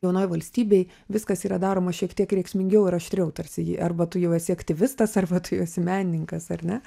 jaunoj valstybėj viskas yra daroma šiek tiek veiksmingiau ir aštriau tarsi ji arba tu jau esi aktyvistas arba tu jau esi į menininkas ar ne